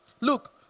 Look